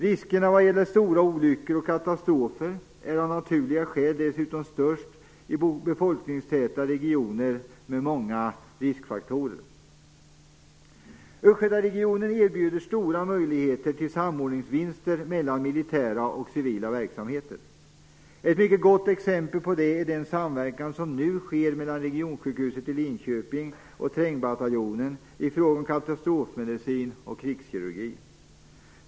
Riskerna vad gäller stora olyckor och katastrofer är av naturliga skäl dessutom störst i befolkningstäta regioner med många riskfaktorer. Östgötaregionen erbjuder stora möjligheter till samordningsvinster mellan militära och civila verksamheter. Ett mycket gott exempel på det är den samverkan som nu sker mellan Regionsjukhuset i Linköping och Trängbataljonen i fråga om katastrofmedicin och krigskirurgi.